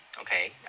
okay